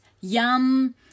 yum